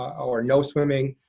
or no swimming?